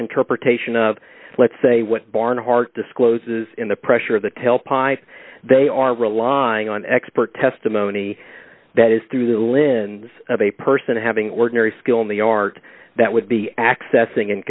interpretation of let's say what barnhart discloses in the pressure of the tailpipe they are relying on expert testimony that is through the linz of a person having ordinary skill in the art that would be accessing and